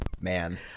Man